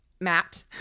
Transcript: Matt